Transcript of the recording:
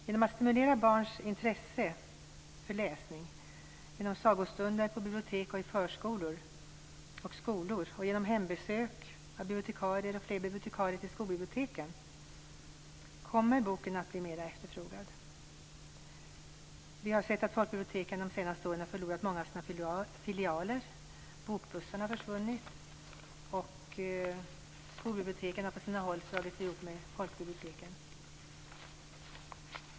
Genom att stimulera barns intresse för läsning med hjälp av sagostunder på biblioteken, förskolor, skolor och hembesök av bibliotekarier och fler bibliotekarier till skolbiblioteken kommer boken att bli mer efterfrågad. Vi har sett att folkbiblioteken de senaste åren har förlorat många filialer. Bokbussar har försvunnit, och skolbiblioteken har på sina håll slagits ihop med folkbiblioteken.